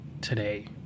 today